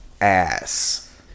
ass